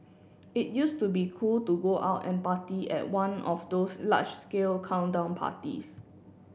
it used to be cool to go out and party at one of those large scale countdown parties